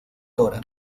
dra